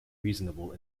reasonable